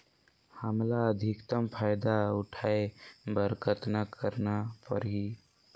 हमला अधिकतम फायदा उठाय बर कतना करना परही?